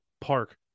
Park